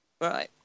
Right